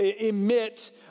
emit